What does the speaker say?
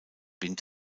wind